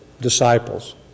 disciples